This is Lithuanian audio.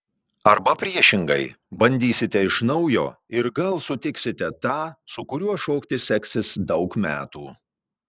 arba priešingai bandysite iš naujo ir gal sutiksite tą su kuriuo šokti seksis daug metų